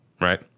right